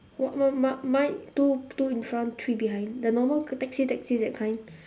what what mine mine two two in front three behind the normal k~ taxi taxi that kind